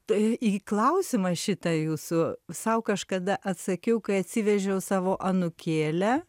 tai į klausimą šitą jūsų sau kažkada atsakiau kai atsivežiau savo anūkėlę